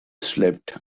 slept